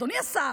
אדוני השר,